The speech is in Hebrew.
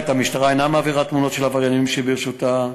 המשטרה אינה מעבירה תמונות של עבריינים שברשותה.